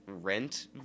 Rent